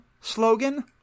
slogan